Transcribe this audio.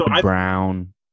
Brown